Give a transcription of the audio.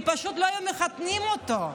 כי פשוט לא היו מחתנים אותו,